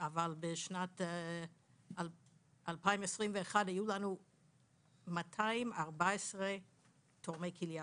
אבל בשנת 2021 היו לנו 214 תורמי כליה